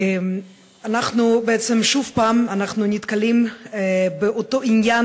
אנחנו בעצם שוב נתקלים באותו עניין,